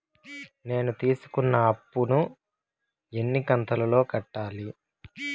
నేను తీసుకున్న అప్పు ను ఎన్ని కంతులలో కట్టాలి?